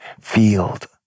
field